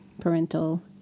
parental